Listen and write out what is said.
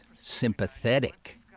sympathetic